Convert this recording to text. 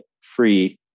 free